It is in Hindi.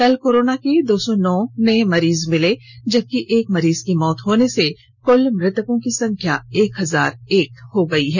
कल कोरोना के दो सौ नौ नए मरीज मिले हैं जबकि एक मरीज की मौत होने से कृल मृतकों की संख्या एक हजार एक हो गई है